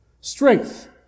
strength